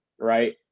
right